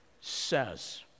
says